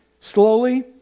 Slowly